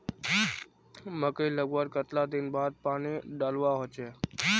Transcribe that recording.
मकई लगवार कतला दिन बाद पानी डालुवा होचे?